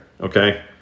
okay